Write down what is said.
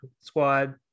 Squad